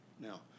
now